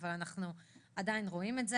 אבל עדיין רואים את זה